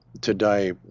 Today